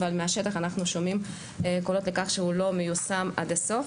אבל מהשטח אנחנו שומעים קולות לכך שהוא לא מיושם עד הסוף.